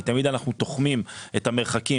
כי תמיד אנחנו תוחמים את המרחקים,